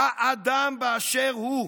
האדם באשר הוא.